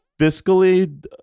fiscally